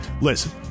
Listen